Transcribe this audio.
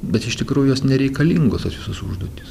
bet iš tikrųjų jos nereikalingos tos visos užduotys